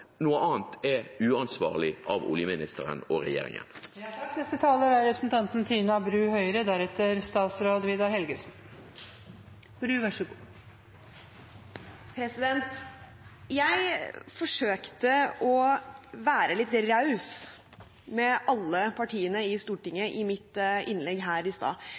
Noe annet er uansvarlig av olje- og energiministeren og regjeringen. Jeg forsøkte å være litt raus med alle partiene i Stortinget i mitt innlegg her i stad. Jeg var ganske tydelig på at jeg mener at alle partiene i